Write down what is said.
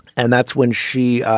and that's when she